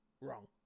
wrong